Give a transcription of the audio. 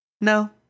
No